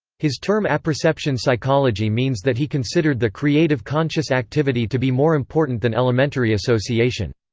his term apperception psychology means that he considered the creative conscious activity to be more important than elementary association.